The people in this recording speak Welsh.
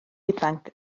ifanc